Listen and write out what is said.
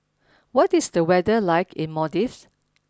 what is the weather like in Maldives